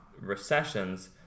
recessions